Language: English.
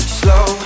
slow